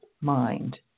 mind